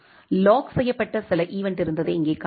lock செய்யப்பட்ட சில event இருந்ததை இங்கே காணலாம்